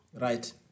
Right